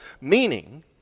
meaning